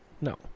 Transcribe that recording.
No